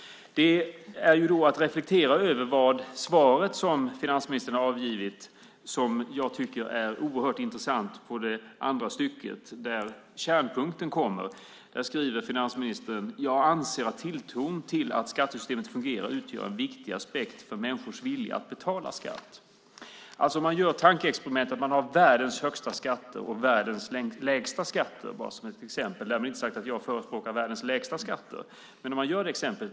Jag tycker att svaret som finansministern avgivit är oerhört intressant i andra stycket där kärnpunkten kommer. Där säger finansministern: "Jag anser att tilltron till att skattesystemet fungerar utgör en viktig aspekt för människors vilja att betala skatt." Man kan bara som ett exempel göra tankeexperimentet att man har världens högsta skatter och världens lägsta skatter. Därmed är det inte sagt att jag förespråkar världens lägsta skatter.